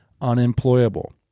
unemployable